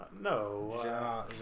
no